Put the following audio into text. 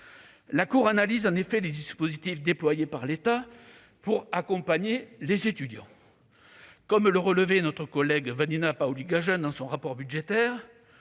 La Cour analyse ainsi les dispositifs déployés par l'État pour accompagner les étudiants. Comme le relevait notre collègue Vanina Paoli-Gagin dans son rapport budgétaire,